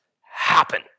happen